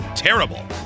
terrible